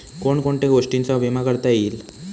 कोण कोणत्या गोष्टींचा विमा करता येईल?